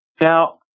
Now